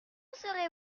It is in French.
serez